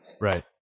Right